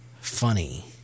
funny